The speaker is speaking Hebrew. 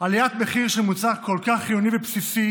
עליית מחיר של מוצר כל כך חיוני ובסיסי